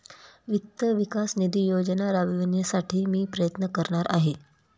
वित्त विकास निधी योजना राबविण्यासाठी मी प्रयत्न करणार आहे